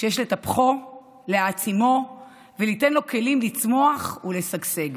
שיש לטפחו, להעצימו וליתן לו כלים לצמוח ולשגשג.